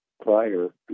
prior